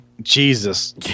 Jesus